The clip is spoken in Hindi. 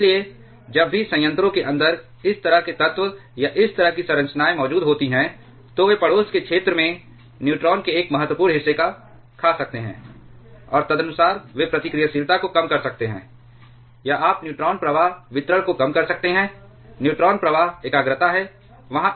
इसलिए जब भी संयंत्रों के अंदर इस तरह के तत्व या इस तरह की संरचनाएं मौजूद होती हैं तो वे पड़ोस के क्षेत्र में न्यूट्रॉन के एक महत्वपूर्ण हिस्से को खा सकते हैं और तदनुसार वे प्रतिक्रियाशीलता को कम कर सकते हैं या आप न्यूट्रॉन प्रवाह वितरण को कम कर सकते हैं न्यूट्रॉन प्रवाह एकाग्रता है वहाँ